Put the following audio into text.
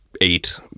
eight